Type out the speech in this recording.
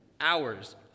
hours